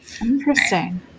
Interesting